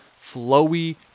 flowy